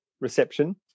reception